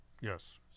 yes